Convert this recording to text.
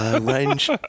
Range